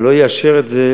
אני לא אאשר את זה